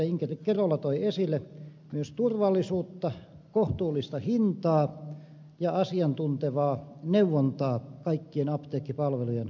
inkeri kerola toi esille myös turvallisuutta kohtuullista hintaa ja asiantuntevaa neuvontaa kaikkien apteekkipalvelujen osalta